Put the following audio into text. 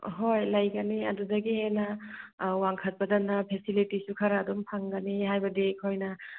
ꯍꯣꯏ ꯂꯩꯒꯅꯤ ꯑꯗꯨꯗꯒꯤ ꯍꯦꯟꯅ ꯋꯥꯡꯈꯠꯄꯗꯅ ꯐꯦꯁꯤꯂꯤꯇꯤꯁꯨ ꯈꯔ ꯑꯗꯨꯝ ꯐꯪꯒꯅꯤ ꯍꯥꯏꯕꯗꯤ ꯑꯩꯈꯣꯏꯅ